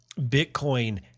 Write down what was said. Bitcoin